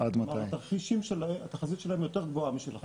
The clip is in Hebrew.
מיליארד, כלומר, התחזית שלהם יותר גבוהה משלכם.